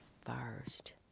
first